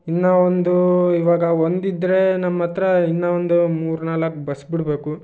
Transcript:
ಇನ್ನೂ ಒಂದು ಇವಾಗ ಒಂದು ಇದ್ದರೆ ನಮ್ಮ ಹತ್ರ ಇನ್ನೂ ಒಂದು ಮೂರ್ನಾಲ್ಕು ಬಸ್ ಬಿಡಬೇಕು